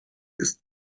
ist